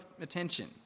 attention